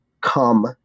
come